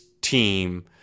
team